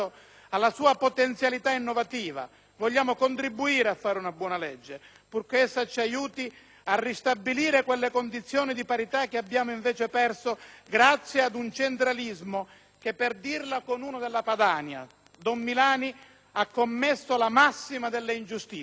Vogliamo contribuire ad approvare una legge positiva, purché essa ci aiuti a ristabilire quelle condizioni di parità che si sono invece perse grazie ad un centralismo che, per dirla con le parole di uno della Padania, don Milani, ha commesso la massima delle ingiustizie: trattare allo stesso modo